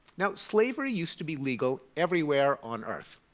now slavery used to be legal everywhere on earth.